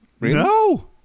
No